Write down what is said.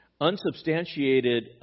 unsubstantiated